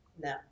No